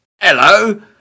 hello